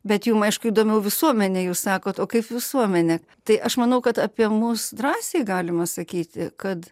bet jum aišku įdomiau visuomenė jūs sakot o kaip visuomenė tai aš manau kad apie mus drąsiai galima sakyti kad